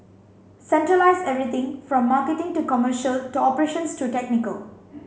centralise everything from marketing to commercial to operations to technical